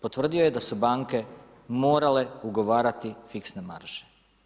Potvrdio je da su banke morale ugovarati fiksne marže.